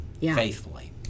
faithfully